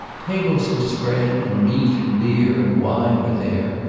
tables were spread, and meat, and beer, and wine were there,